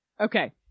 Okay